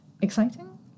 exciting